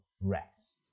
rest